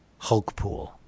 Hulkpool